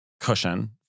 cushion